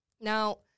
Now